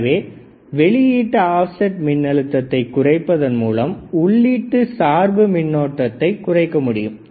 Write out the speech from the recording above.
எனவே வெளியிட்டு ஆப்செட் மின் அழுத்தத்தை குறைப்பதன் மூலம் உள்ளீட்டு சார்பு மின்னோட்டத்திதினை குறைக்க முடியும்